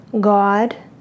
God